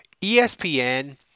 ESPN